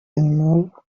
anymore